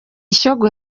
shyogwe